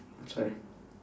sorry